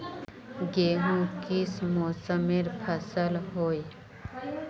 गेहूँ किस मौसमेर फसल होय?